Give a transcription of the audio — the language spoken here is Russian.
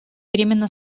временно